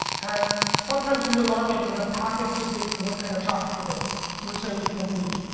and sometimes we will not get enough packets to say what kind of traffic it is, so we're saying incomplete.